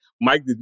Mike